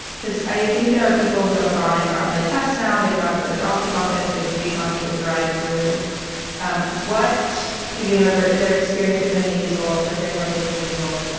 because i think there are people who have gone and gotten the tests now they've gone to their doctor's office. they've maybe gone to a drive through um what you know they're they're experiencing, the nazel, they're hearing about the nazel.